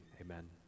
Amen